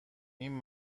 این